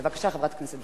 בבקשה, חברת הכנסת וילף.